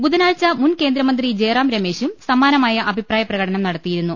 ബുധനാഴ്ച മുൻകേന്ദ്രമന്ത്രി ജയ്റാം രമേശും സമാനമായ അഭിപ്രായപ്രകടനം നടത്തിയിരുന്നു